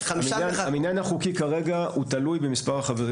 המניין החוקי כרגע הוא תלוי במספר החברים